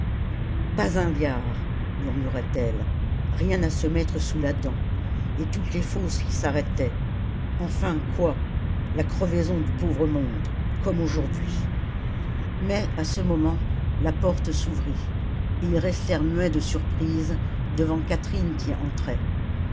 pas un liard murmurait-elle rien à se mettre sous la dent et toutes les fosses qui s'arrêtaient enfin quoi la crevaison du pauvre monde comme aujourd'hui mais à ce moment la porte s'ouvrit et ils restèrent muets de surprise devant catherine qui entrait